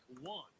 One